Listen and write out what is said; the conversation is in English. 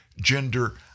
gender